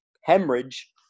hemorrhage